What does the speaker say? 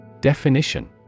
Definition